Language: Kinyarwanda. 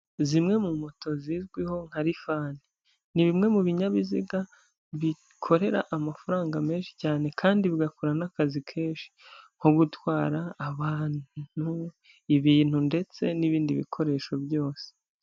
Zimwe mu moto zizwiho nka lifani. Ni bimwe mu binyabiziga bikorera amafaranga menshi cyane kandi bigakora n'akazi kenshi, nko gutwara abantu ibintu ndetse n'ibindi bikoresho byose.